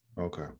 Okay